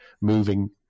moving